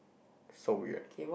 so weird